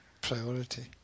priority